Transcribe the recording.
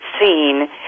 seen